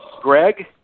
Greg